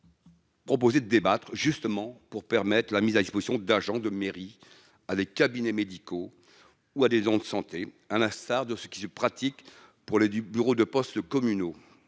Proposer de débattre justement pour permettre la mise à disposition d'agents de mairie à des cabinets médicaux ou à des ondes santé, à l'instar de ce qui se pratique pour les du bureau de poste communaux,